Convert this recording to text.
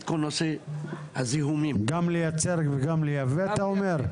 כל נושא הזיהומים --- גם לייצר וגם לייבא אתה אומר?